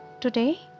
Today